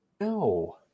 No